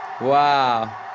Wow